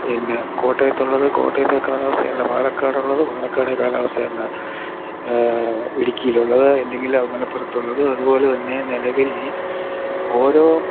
പിന്നെ കോട്ടയത്തുള്ളത് കോട്ടയത്തെ കാലാവസ്ഥയല്ല പാലക്കാടുള്ളത് പാലക്കാടെ കാലാവസ്ഥയല്ല ഇടുക്കിയിലുള്ളത് അല്ലങ്കിൽ മലപ്പുറത്തുള്ളത് അതുപോലെത്തന്നെ നിലവിൽ ഓരോ